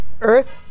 earth